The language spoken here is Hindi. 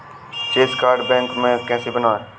श्रेय कार्ड बैंक से कैसे बनवाएं?